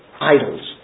idols